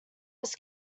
was